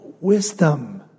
Wisdom